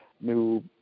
new